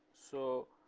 so,